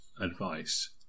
advice